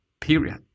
period